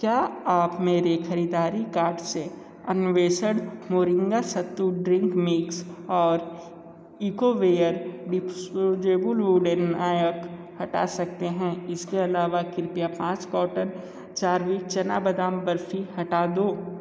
क्या आप मेरे खरीददारी कार्ट से Anveshan moringa sattu drink mix और ईको वेयर डिस्पोज़ेबल वुडन आयक हटा सकते हैं इसके अलावा कृपया पाँच कार्टन चारविक चना बादाम बर्फ़ी हटा दो